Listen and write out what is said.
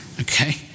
Okay